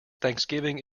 thanksgiving